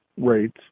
rates